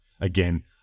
again